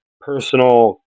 personal